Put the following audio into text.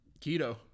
Keto